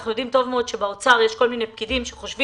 אנחנו יודעים טוב מאוד שבאוצר יש כל מיני פקידים שחושבים